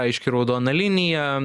aiški raudona linija